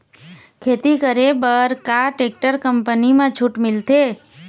खेती करे बर का टेक्टर कंपनी म छूट मिलथे?